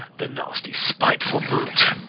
the nasty, spiteful brute.